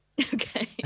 Okay